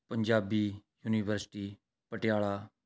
Punjabi university Patiala